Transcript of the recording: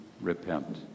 repent